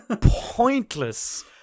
pointless